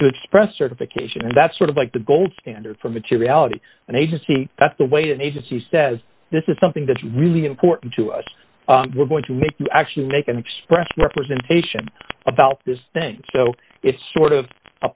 to express certification and that's sort of like the gold standard for materiality an agency that's the way an agency says this is something that's really important to us we're going to make you actually make and express representation about this thing so it's sort of a